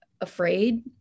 afraid